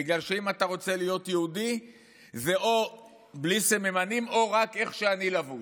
בגלל שאם אתה רוצה להיות יהודי זה או בלי סממנים או רק איך שאני לבוש,